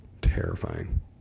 Terrifying